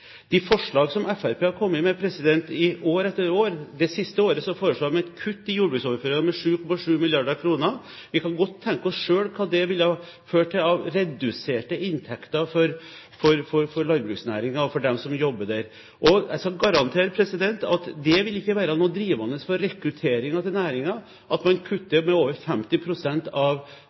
har kommet med forslag i år etter år. Det siste året foreslo de et kutt i jordbruksoverføringene på ca. 7 mrd. kr. Vi kan selv tenke oss hva det ville ført til av reduserte inntekter for landbruksnæringen og for dem som jobber der. Jeg skal garantere at det ikke ville være noe drivende for rekrutteringen til næringen at man kutter med over